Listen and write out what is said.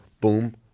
boom